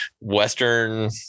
Western